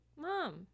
Mom